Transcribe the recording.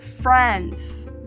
friends